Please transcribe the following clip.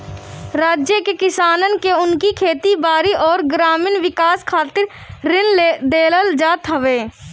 राज्य के किसानन के उनकी खेती बारी अउरी ग्रामीण विकास खातिर ऋण देहल जात हवे